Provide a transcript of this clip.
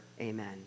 Amen